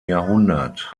jahrhundert